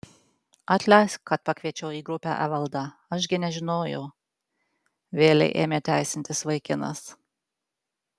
atleisk kad pakviečiau į grupę evaldą aš gi nežinojau vėlei ėmė teisintis vaikinas